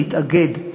להתאגד.